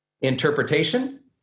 Interpretation